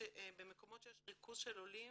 במקומות שיש ריכוז עולים